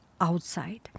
outside